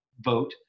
vote